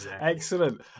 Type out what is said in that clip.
excellent